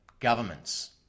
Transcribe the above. Governments